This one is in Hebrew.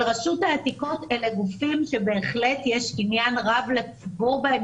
על רשות העתיקות אלה גופים שבהחלט יש לציבור עניין רב בהם.